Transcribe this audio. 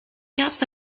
capes